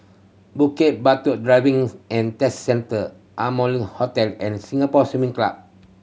Bukit Batok Driving and Test Centre Amoy Hotel and Singapore Swimming Club